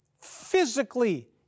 physically